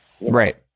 Right